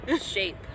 Shape